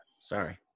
sorry